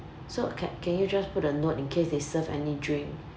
so can can you just put a note in case they serve any drink